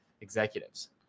executives